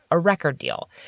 a record deal.